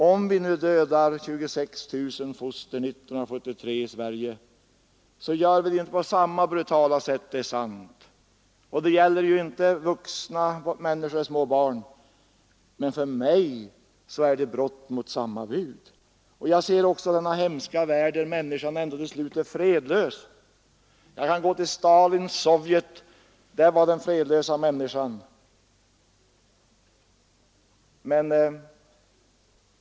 Om vi nu dödar 26 000 foster i Sverige 1974 så gör vi det inte på samma brutala sätt — det är sant — och det gäller inte heller vuxna människor eller små födda barn, men för mig är det dock brott mot samma bud. I denna hemska värld är människan ändå till sist fredlös.